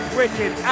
wicked